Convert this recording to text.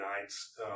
Nights